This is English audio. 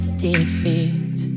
defeat